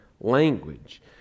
language